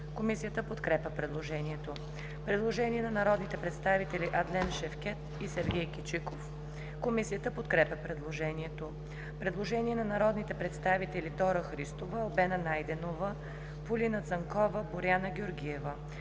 Комисията подкрепя предложението. Предложение на народните представители Адлен Шевкед и Сергей Кичиков. Комисията подкрепя предложението. Предложение на народните представители Дора Христова, Албена Найденова, Полина Цанкова, Боряна Георгиева.